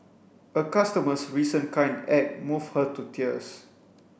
a customer's recent kind act moved her to tears